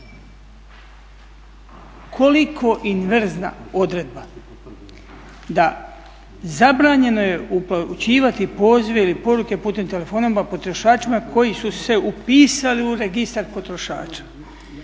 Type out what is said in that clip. Koliko inverzna odredba da zabranjeno je upućivati pozive ili poruke putem telefona potrošačima koji su se upisali u registar potrošača.